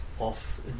off